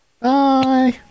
Bye